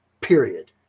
Period